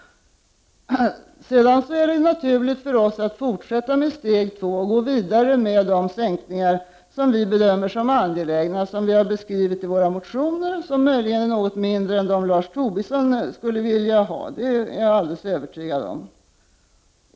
Sedan är det naturligt för oss att fortsätta med steg nr 2 och att gå vidare med de sänkningar som vi bedömer vara angelägna — detta har vi beskrivit i våra motioner. Jag är alldeles övertygad om att sänkningarna dock är något mindre än vad Lars Tobisson skulle önska.